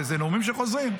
וזה נאומים שחוזרים.